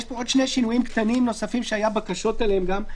יש עוד שני שינויים קטנים נוספים שהיו בקשות עליהם גם.